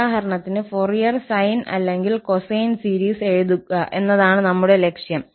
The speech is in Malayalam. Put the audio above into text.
ഉദാഹരണത്തിന് ഫോറിയർ സൈൻ അല്ലെങ്കിൽ കൊസൈൻ സീരീസ് എഴുതുക എന്നതാണ് നമ്മുടെ ലക്ഷ്യം